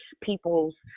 people's